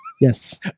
yes